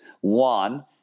one